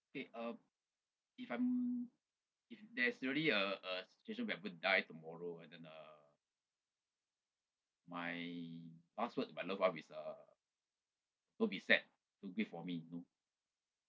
okay uh if um if there's really a a situation where I'm gonna die tomorrow and then uh my last word to my loved ones is uh don't be sad do live for me you know